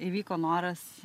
įvyko noras